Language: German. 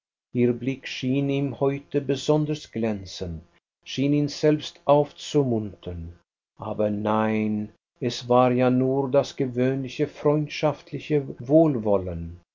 ihr blick schien ihm heute besonders glänzend schien ihn selbst aufzumuntern aber nein es war ja nur das gewöhnliche freundschaftliche wohlwollen